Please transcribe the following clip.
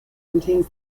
contains